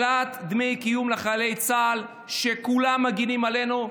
העלאת דמי קיום לחיילי צה"ל, שכולם מגינים עלינו,